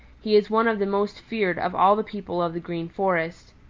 he is one of the most feared of all the people of the green forest.